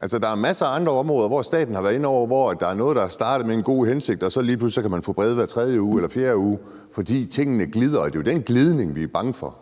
der er masser af andre områder, hvor staten har været inde over, og hvor der er noget, der er startet med en god hensigt, og lige pludselig kan man få brev hver tredje eller fjerde uge, fordi tingene glider, og det er jo den glidning, vi er bange for.